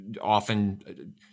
often